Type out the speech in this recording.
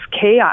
chaos